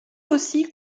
aussi